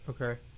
Okay